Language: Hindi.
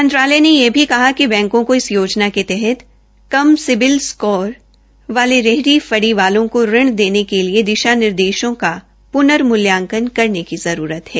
मंत्रालय ने यह भी कहा कि बैंको को इस योजना के तहत कम सिबिल स्कोर वाले रेहड़ी फड़ी वालों को ऋण देने के लिए दिशा निर्देश का पर्नर्मल्यांकन करने की जरूरत है